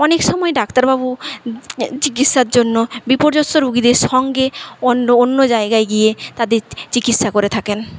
অনেক সময় ডাক্তারবাবু চিকিৎসার জন্য বিপর্যস্ত রুগীদের সঙ্গে অন্য অন্য জায়গায় গিয়ে তাদের চি চিকিৎসা করে থাকেন